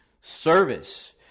service